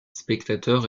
spectateurs